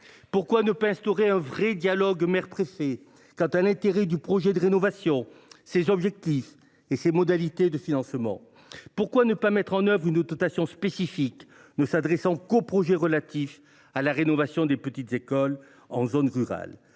Pourquoi ne pas instaurer un vrai dialogue entre maire et préfet quant à l’intérêt du projet de rénovation, ses objectifs et ses modalités de financement ? Pourquoi ne pas mettre en œuvre une dotation spécifique ne visant que les projets de rénovation de petites écoles en zone rurale ?